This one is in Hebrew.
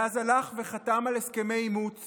ואז הלך וחתם על הסכמי אימוץ